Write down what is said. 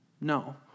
No